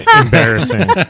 Embarrassing